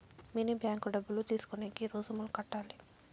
mini bank డబ్బులు తీసుకునేకి రుసుములు కట్టాలి